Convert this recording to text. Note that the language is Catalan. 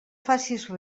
facis